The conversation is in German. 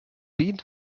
dient